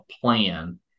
plan